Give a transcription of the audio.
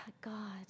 God